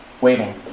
waiting